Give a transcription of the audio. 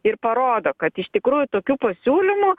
ir parodo kad iš tikrųjų tokių pasiūlymų